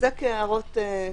אלה הערות כלליות.